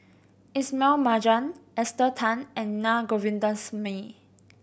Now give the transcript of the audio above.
Ismail Marjan Esther Tan and Naa Govindasamy